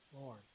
Lord